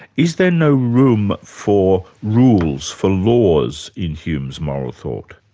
is there no room for rules, for laws, in hume's moral thought?